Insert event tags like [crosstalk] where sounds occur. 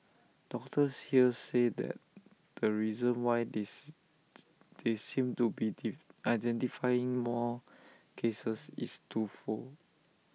doctors here say that the reason why this [unintelligible] they seem to be [unintelligible] identifying more cases is twofold